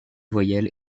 voyelles